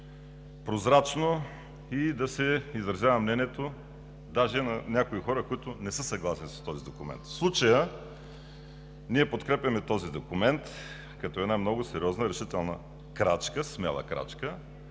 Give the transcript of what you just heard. прозрачно и да се изразява мнението даже на някои хора, които не са съгласни с този документ. В случая ние подкрепяме този документ като една много сериозна, решителна, смела крачка,